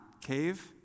cave